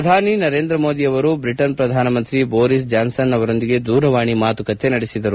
ಪ್ರಧಾನಿ ನರೇಂದ್ರ ಮೋದಿ ಅವರು ಬ್ರಿಟನ್ ಶ್ರಧಾನಮಂತ್ರಿ ಬೋರಿಸ್ ಜಾನ್ಸನ್ ಅವರೊಂದಿಗೆ ದೂರವಾಣಿ ಮಾತುಕತೆ ನಡೆಸಿದರು